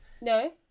No